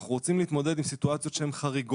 אנחנו רוצים להתמודד עם סיטואציות שהן חריגות,